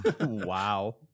wow